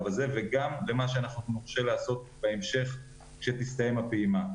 הזה וגם למה שאנחנו נורשה לעשות בהמשך כשתסתיים הפעימה.